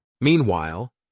Meanwhile